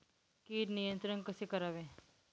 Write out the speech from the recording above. कीड नियंत्रण कसे करावे?